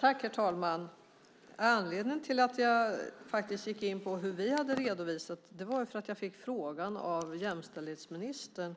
Herr talman! Anledningen till att jag gick in på hur vi hade redovisat var att jag fick frågan av jämställdhetsministern